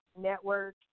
Network